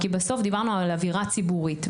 כי בסוף דיברנו על אווירה ציבורית.